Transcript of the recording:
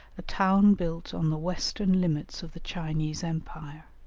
a town built on the western limits of the chinese empire.